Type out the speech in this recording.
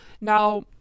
Now